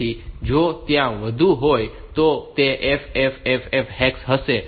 તેથી જો ત્યાં બધું હોય તો તે FFFF હેક્સ હશે